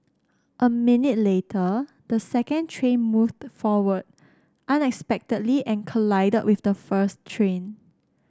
a minute later the second train moved forward unexpectedly and collided with the first train